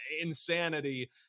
Insanity